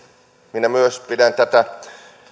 minä myös pidän tätä